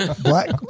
Black